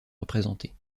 représentées